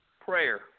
prayer